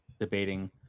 debating